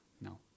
No